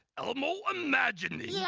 elmo imagining yeah?